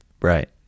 Right